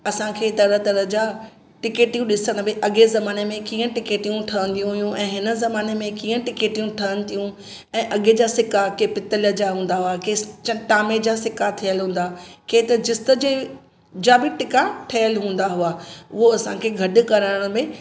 असांखे तरहि तरहि जा टिकेटियूं ॾिसण में अॻिएं ज़माने में कीअं टिकेटियूं ठहंदियूं हुयूं ऐं हिन ज़माने में कीअं टिकेटियूं ठहनि थियूं ऐं अॻिएं जा सिका के पितल जा हूंदा हुआ के स च तामे जा सिका थियल हूंदा के त जीस्त जे जा बि टिका ठहियलु हूंदा हुआ उहो असांखे ॻॾु करण में